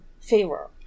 favor